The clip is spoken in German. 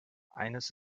eines